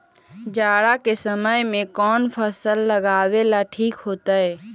जाड़ा के समय कौन फसल लगावेला ठिक होतइ?